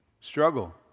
Struggle